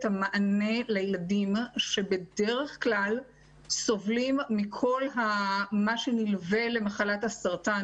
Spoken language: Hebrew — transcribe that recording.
המענה לילדים שבדרך כלל סובלים מכל מה שנלווה למחלת הסרטן,